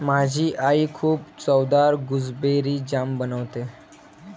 माझी आई खूप चवदार गुसबेरी जाम बनवते